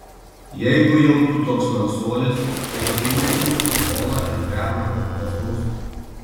jeigu jau tu toks narsuolis tai eime į mūsų olą ir pernakvok pas mus